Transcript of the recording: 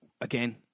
again